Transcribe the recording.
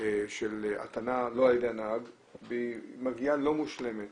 של הטענה לא על ידי הנהג והיא מגיעה לא מושלמת